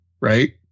right